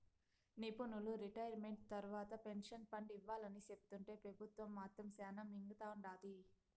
నిపునులు రిటైర్మెంట్ తర్వాత pension fund ఇవ్వాలని సెప్తుంటే పెబుత్వం మాత్రం శానా మింగతండాది